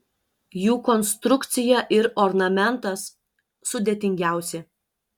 jų konstrukcija ir ornamentas sudėtingiausi